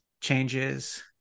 changes